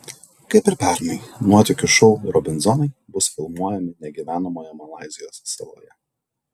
kaip ir pernai nuotykių šou robinzonai bus filmuojami negyvenamoje malaizijos saloje